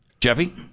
Jeffy